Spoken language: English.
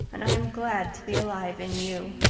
and i am glad to be alive in you.